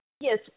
Yes